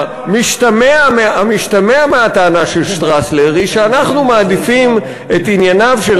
המשתמע מהטענה של שטרסלר היא שאנחנו מעדיפים את ענייניו של